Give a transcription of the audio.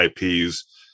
ips